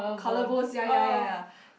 collar bones ya ya ya ya